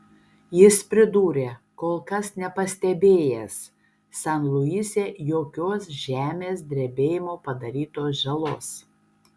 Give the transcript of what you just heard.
jis pridūrė kol kas nepastebėjęs san luise jokios žemės drebėjimo padarytos žalos